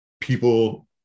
people